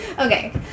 Okay